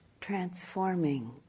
transforming